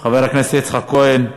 חבר הכנסת יצחק כהן,